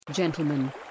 gentlemen